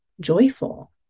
joyful